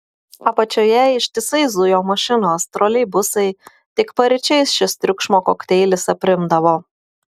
apačioje ištisai zujo mašinos troleibusai tik paryčiais šis triukšmo kokteilis aprimdavo